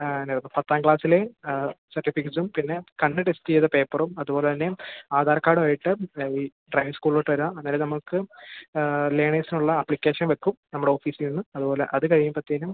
ആന് പത്താം ക്ലാസ്സിലെ സർട്ടിഫിക്കറ്റ്സും പിന്നെ കണ്ണ് ടെസ്റ്റ് ചെയ്ത പേപ്പറും അത്പോലെ തന്നെ ആധാർ കാഡായിട്ട് ഡ്രൈവിംഗ് സ്കൂൾലോട്ടെരാ അന്നേരം നമുക്ക് ലേണേഴ്സ്നുള്ള ആപ്ലിക്കേഷൻ വെക്കും നമ്മുടെ ഓഫീസീന്ന് അത്പോലെ അത് കഴിയുമ്പോഴ്ത്തെന്